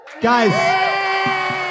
Guys